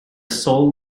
sole